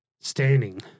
standing